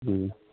جی